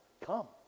come